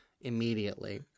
immediately